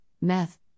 meth